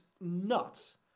nuts